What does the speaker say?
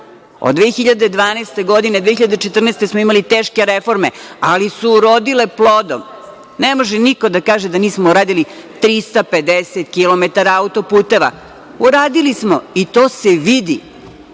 2012. godine, 2014. godine smo imali teške reforme, ali su urodile plodom. Ne može niko da kaže da nismo uradili 350 kilometara autoputeva. Uradili smo i to se